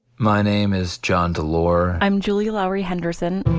my name is john dolore. i'm julia lowery henderson.